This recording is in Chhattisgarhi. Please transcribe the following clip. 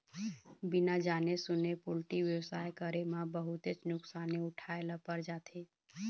बिना जाने सूने पोल्टी बेवसाय करे म बहुतेच नुकसानी उठाए ल पर जाथे